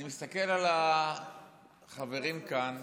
אני מסתכל על החברים כאן,